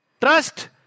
Trust